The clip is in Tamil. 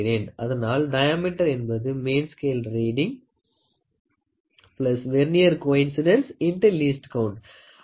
அதனால் டயாமீட்டர் என்பது main scale reading vernier coincidence x least count ஆகையால் அது 3